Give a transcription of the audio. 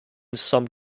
some